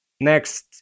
next